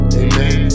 amen